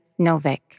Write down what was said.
Novik